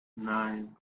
nine